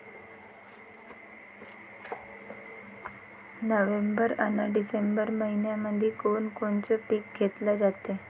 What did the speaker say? November अन December मइन्यामंधी कोण कोनचं पीक घेतलं जाते?